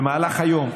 במהלך היום,